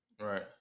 right